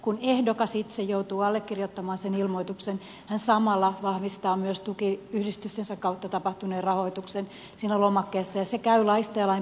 kun ehdokas itse joutuu allekirjoittamaan sen ilmoituksen hän samalla vahvistaa myös tukiyhdistystensä kautta tapahtuneen rahoituksen siinä lomakkeessa ja se käy laista ja lain perusteluista ilmi